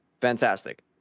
fantastic